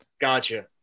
gotcha